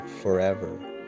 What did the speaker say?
forever